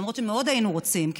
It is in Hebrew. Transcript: למרות שהיינו רוצים מאוד,